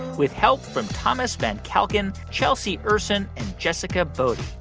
with help from thomas van kalken, chelsea ursin and jessica boddy.